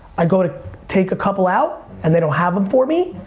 i go to take a couple out, and they don't have em for me.